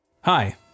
Hi